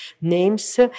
names